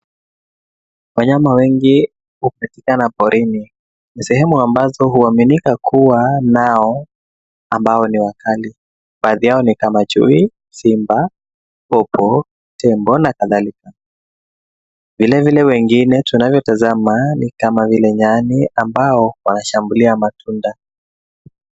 Wanyama wengi hupatikana porini. Ni sehemu ambazo huaminika kuwa nao ambao ni wakali. Baadhi yao ni kama chui, simba, popo, tembo na kadhalika. Vilevile wengine tunavyotazama ni kama vile nyani ambao wanashambulia matunda.